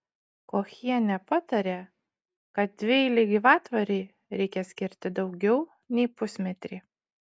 kochienė patarė kad dvieilei gyvatvorei reikia skirti daugiau nei pusmetrį